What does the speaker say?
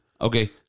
Okay